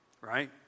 Right